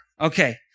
Okay